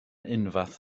unfath